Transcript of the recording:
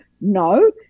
no